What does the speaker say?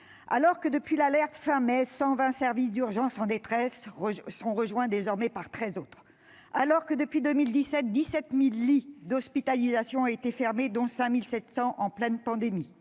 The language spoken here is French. la fin du mois de mai, les 120 services d'urgence en détresse sont rejoints désormais par 13 autres. Depuis 2017, 17 000 lits d'hospitalisation ont été fermés, dont 5 700 en pleine pandémie.